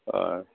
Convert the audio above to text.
অঁ